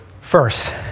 First